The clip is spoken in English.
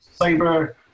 cyber